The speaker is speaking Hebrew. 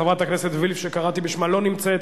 חברת הכנסת וילף, שקראתי בשמה, לא נמצאת.